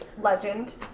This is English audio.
legend